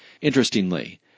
Interestingly